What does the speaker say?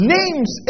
Names